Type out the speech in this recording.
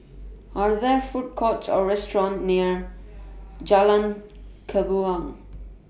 Are There Food Courts Or restaurants near Jalan